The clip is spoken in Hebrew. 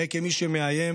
ייראה כמי שמאיים.